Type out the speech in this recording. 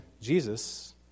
Jesus